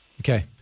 Okay